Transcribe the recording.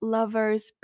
Lover's